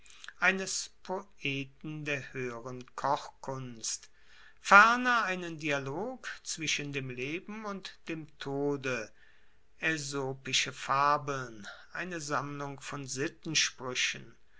eines poeten der hoeheren kochkunst ferner einen dialog zwischen dem leben und dem tode aesopische fabeln eine sammlung von